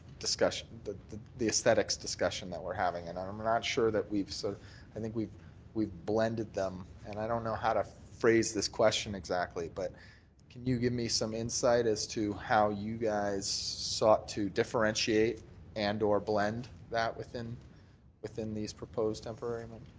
discussion, the the esthetics discussion that we're having. and and i'm not sure that we've so i think we've we've blended them, and i don't know how to phrase this question exactly, but can you give me some insight as to how you guys sought to differentiate and or blend that within within these proposed temporary lipsz.